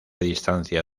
distancia